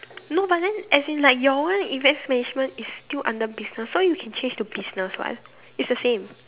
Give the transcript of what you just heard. no but then as in like your one events management is still under business so you can change to business what it's the same